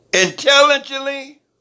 intelligently